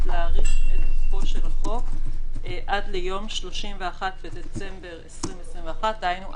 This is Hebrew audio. להאריך את תוקפו של החוק עד ליום 31 בדצמבר 2021. דהיינו,